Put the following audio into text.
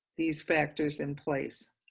these factors in place,